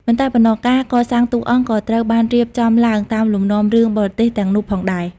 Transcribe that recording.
មិនតែប៉ុណ្ណោះ ការកសាងតួអង្គក៏ត្រូវបានរៀបចំឡើងតាមលំនាំរឿងបរទេសទាំងនោះផងដែរ។